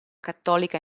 cattolica